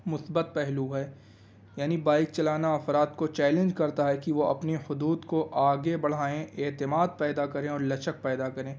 مثبت پہلو ہے یعنی بائک چلانا افراد کو چیلنج کرتا ہے کہ وہ اپنی حدود کو آگے بڑھائیں اعتماد پیدا کریں اور لچک پیدا کریں